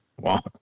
Wow